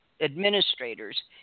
administrators